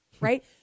right